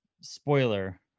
spoiler